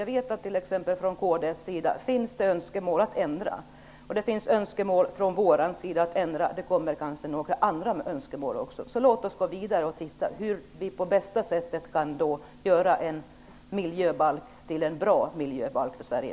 Jag vet att det från kds sida finns önskemål om att ändra. Det finns önskemål från vår sida om att ändra. Det kommer kanske några andra önskemål också. Låt oss gå vidare och titta på hur vi på bästa sätt kan göra detta till en bra miljöbalk för Sverige!